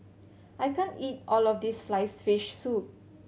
I can't eat all of this sliced fish soup